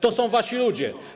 To są wasi ludzie.